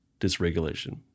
dysregulation